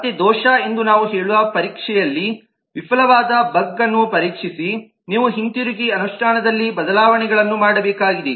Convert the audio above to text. ಮತ್ತೆ ದೋಷ ಎಂದು ನಾವು ಹೇಳುವ ಪರೀಕ್ಷೆಯಲ್ಲಿ ವಿಫಲವಾದ ಬಗ್ ಅನ್ನು ಪರೀಕ್ಷಿಸಿ ನೀವು ಹಿಂತಿರುಗಿ ಅನುಷ್ಠಾನದಲ್ಲಿ ಬದಲಾವಣೆಗಳನ್ನು ಮಾಡಬೇಕಾಗಿದೆ